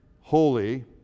holy